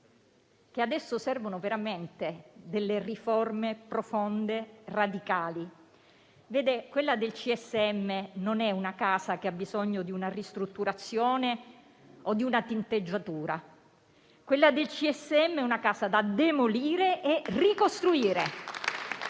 che adesso servono veramente delle riforme profonde e radicali. Vede, quella del CSM non è una casa che ha bisogno di una ristrutturazione o di una tinteggiatura; quella del CSM è una casa da demolire e da ricostruire.